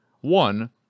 one